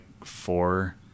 four